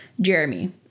Jeremy